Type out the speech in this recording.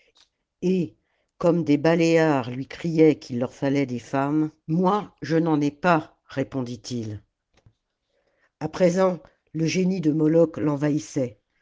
et comme des baléares lui criaient qu'il leur fallait des femmes moi je n'en ai pas répondit-il a présent le génie de moloch l'envahissait